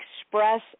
express